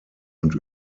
und